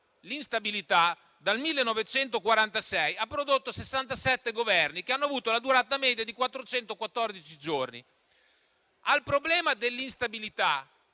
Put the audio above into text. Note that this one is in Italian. l'instabilità, dal 1946, ha prodotto 67 Governi che hanno avuto la durata media di 414 giorni. A fronte del problema dell'instabilità,